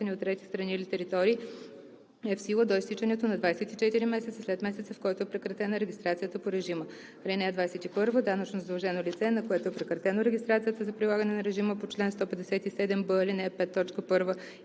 от трети страни или територии, е в сила до изтичането на 24 месеца след месеца, в който е прекратена регистрацията по режима. (21) Данъчно задължено лице, на което е прекратена регистрацията за прилагането на режима по чл. 157б, ал. 5, т.